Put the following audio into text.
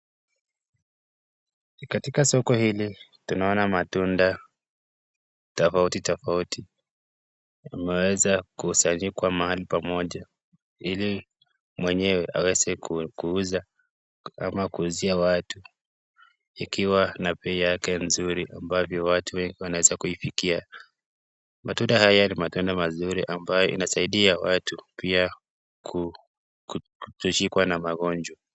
Katika soko hili tunaona matunda tofauti tofauti, imeeza kusanyikwa pahali pamoja ili mwenyewe aweze kuuza ama kuuzia watu, ikiwa na bei yake nzuri ambayo watu wengi wanaweza kuifikia. Matunda haya ni matunda mazuri ambayo inasaidia watu pia kutoshikwa na magonjwa.